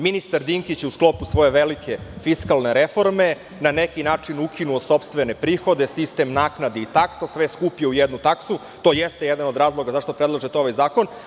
Ministar Dinkić je u sklopu svoje velike fiskalne reforme, na neki način, ukinuo sopstvene prihode, sistem naknadi i taksi je sve skupio u jednu taksu, što jeste jedan od razloga zašto predlažete ovaj zakon.